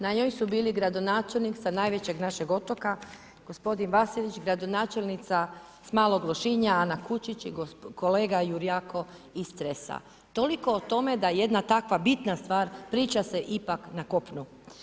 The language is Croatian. Na njoj su bili gradonačelnik sa najvećeg našeg otoka, gospodin … gradonačelnica s Malog Lošinja Ana Kučić i kolega Jurjako iz Cresa, toliko o tome da jedna tako bitna stvar priča se ipak na kopnu.